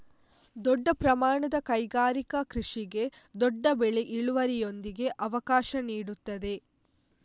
ದೊಡ್ಡ ಪ್ರಮಾಣದ ಕೈಗಾರಿಕಾ ಕೃಷಿಗೆ ದೊಡ್ಡ ಬೆಳೆ ಇಳುವರಿಯೊಂದಿಗೆ ಅವಕಾಶ ನೀಡುತ್ತದೆ